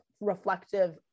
reflective